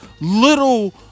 little